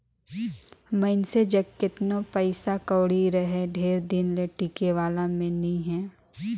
मइनसे जग केतनो पइसा कउड़ी रहें ढेर दिन ले टिके वाला में ले नी हे